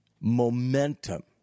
momentum